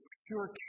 pure